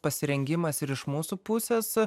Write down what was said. pasirengimas ir iš mūsų pusės